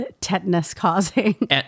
Tetanus-causing